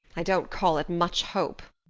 i don't call it much hope,